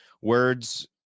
words